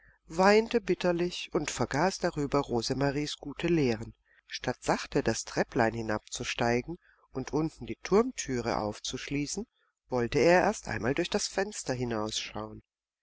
weinte bitterlich und vergaß darüber rosemaries gute lehren statt sachte das trepplein hinabzusteigen und unten die turmtüre aufzuschließen wollte er erst einmal durch das fenster hinausschauen